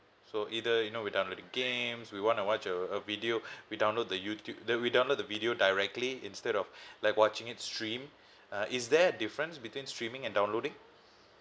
so either you know we download games we wanna watch a a video we download the youtube the we download the video directly instead of like watching it stream uh is there a difference between streaming and downloading